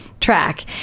track